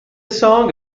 song